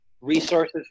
resources